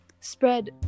spread